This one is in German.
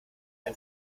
ein